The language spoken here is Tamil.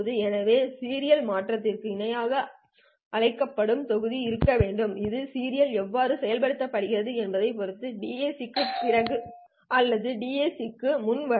எனவே சீரியல் மாற்றத்திற்கு இணையாக அழைக்கப்படும் தொகுதி இருக்க வேண்டும் இது நீங்கள் எவ்வாறு செயல்படுத்துகிறீர்கள் என்பதைப் பொறுத்து DAC க்குப் பிறகு அல்லது DAC க்கு முன் வரலாம்